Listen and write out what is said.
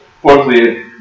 Fourthly